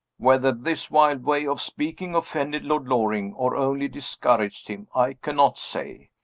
whether this wild way of speaking offended lord loring, or only discouraged him, i cannot say.